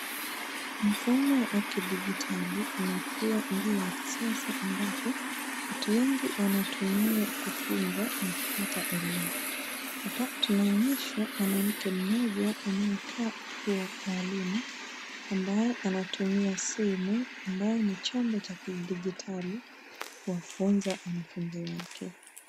Mfumo wa kidijitali umekua ndio wa kisasa ambapo watu wengi wanatumia kufunza na kupata elimu. Hapa tunaonyeshwa mwanamke mmoja anayekaa kuwa mwalimu ambaye anatumia simu ambayo ni chombo cha kidijitali kuwafunza wanafunzi wake.